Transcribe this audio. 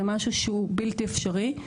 זה משהו שהוא בלתי אפשרי.